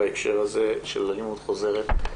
של אלימות חוזרת,